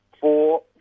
four